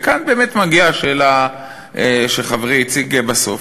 וכאן באמת מגיעה השאלה שחברי הציג בסוף: